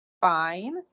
fine